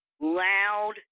loud